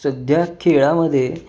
सध्या खेळामध्ये